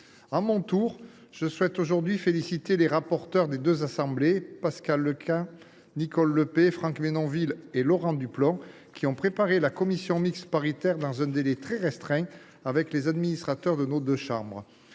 À mon tour, je souhaite aujourd’hui féliciter les rapporteurs des deux assemblées – Pascal Lecamp, Nicole Le Peih, Franck Menonville et Laurent Duplomb –, qui ont préparé la commission mixte paritaire dans un délai très restreint avec l’ensemble des services.